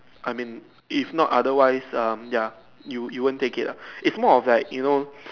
I mean if not otherwise um ya you you won't take it lah it's more of like you know